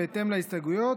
ובהתאם להסתייגויות,